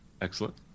Excellent